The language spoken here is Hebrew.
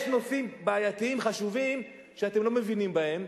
יש נושאים בעייתיים חשובים שאתם לא מבינים בהם,